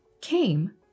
came